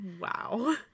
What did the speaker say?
Wow